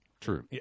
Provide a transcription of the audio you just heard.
True